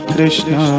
Krishna